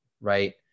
Right